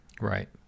Right